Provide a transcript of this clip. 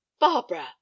barbara